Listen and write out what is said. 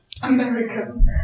American